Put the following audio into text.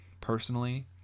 personally